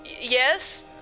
yes